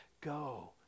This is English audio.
Go